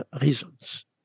reasons